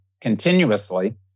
continuously